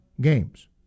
games